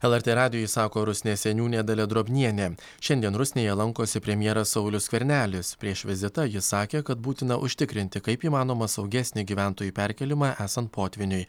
lrt radijui sako rusnės seniūnė dalia drobnienė šiandien rusnėje lankosi premjeras saulius skvernelis prieš vizitą jis sakė kad būtina užtikrinti kaip įmanoma saugesnį gyventojų perkėlimą esant potvyniui